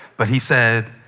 but he said,